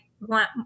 want